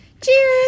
Cheers